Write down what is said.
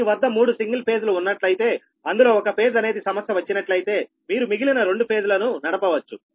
మీ వద్ద 3 single phase లు ఉన్నట్టయితే అందులో ఒక ఫేజ్ అనేది సమస్య వచ్చినట్లయితే మీరు మిగిలిన రెండు ఫేజ్ లను నడపవచ్చు